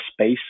space